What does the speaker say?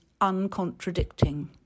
uncontradicting